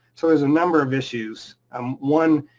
so there's a number of issues, um one